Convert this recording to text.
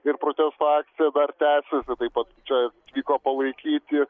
ir protesto akcija dar tęsiasi taip pat čia atvyko palaikyti